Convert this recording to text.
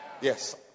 Yes